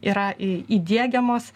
yra įdiegiamos